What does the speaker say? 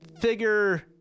figure